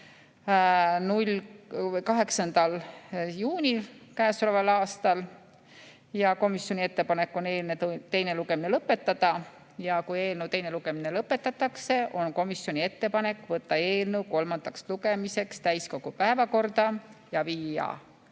8. juunil käesoleval aastal. Komisjoni ettepanek on eelnõu teine lugemine lõpetada ja kui eelnõu teine lugemine lõpetatakse, on komisjoni ettepanek võtta eelnõu kolmandaks lugemiseks täiskogu päevakorda ja viia